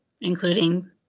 including